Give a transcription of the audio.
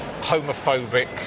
homophobic